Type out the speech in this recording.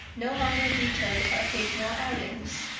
no longer vetoed occasional outings.